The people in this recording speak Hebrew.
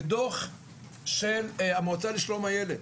בדו"ח של המועצה לשלום הילד